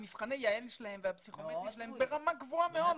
מבחני יע"ל והפסיכומטרי ברמה גבוהה מאוד.